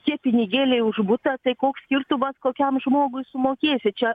tie pinigėliai už butą tai koks skirtumas kokiam žmogui sumokėsi čia